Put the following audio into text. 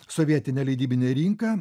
sovietinę leidybinę rinką